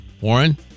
Warren